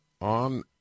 On